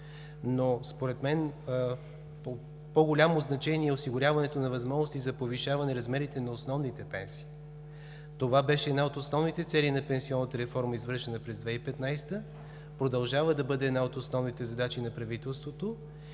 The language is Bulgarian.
но според мен от по-голямо значение е осигуряването на възможности за повишаване размерите на основните пенсии. Това беше и една от основните цели на пенсионната реформа, извършена през 2015 г., продължава да бъде една от основните задачи на правителството